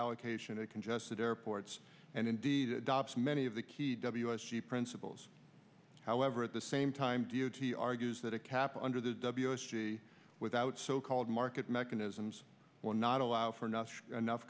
allocation and congested airports and indeed adopts many of the key w s g principles however at the same time d o t argues that a cap under the w s g without so called market mechanisms will not allow for not enough